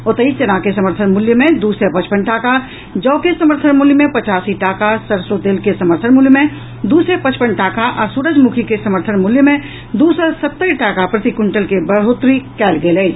ओतहि चना के समर्थन मूल्य मे दू सय पचपन टाका जौ के समर्थन मूल्य मे पचासी टाका सरसो तेल के समर्थन मूल्य मे दू सय पचपन टाका आ सूरजमुखी के समर्थन मूल्य मे दू सय सत्तरि टाका प्रति क्विंटल के बढ़ोतरी कयल गेल अछि